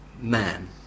man